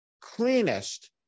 cleanest